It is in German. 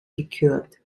gekürt